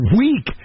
weak